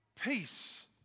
peace